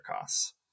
costs